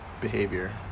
behavior